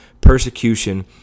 persecution